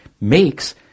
makes